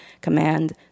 command